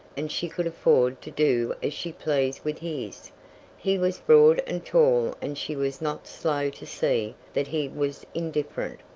and she could afford to do as she pleased with his he was broad and tall and she was not slow to see that he was indifferent.